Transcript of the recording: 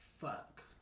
fuck